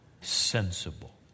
sensible